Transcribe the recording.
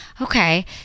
okay